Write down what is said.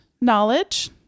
knowledge